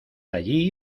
allí